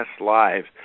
lives